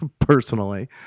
personally